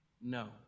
No